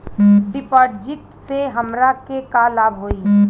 डिपाजिटसे हमरा के का लाभ होई?